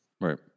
Right